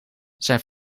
zijn